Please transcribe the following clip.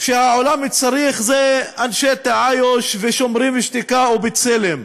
שהעולם צריך זה אנשי "תעאיוש" ו"שוברים שתיקה" ו"בצלם".